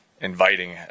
inviting